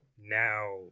now